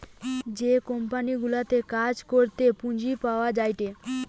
যে কোম্পানি গুলাতে কাজ করাতে পুঁজি পাওয়া যায়টে